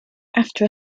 after